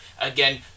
Again